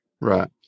Right